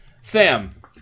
Sam